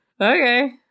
Okay